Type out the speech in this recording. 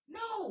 no